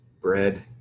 Bread